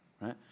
Right